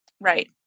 right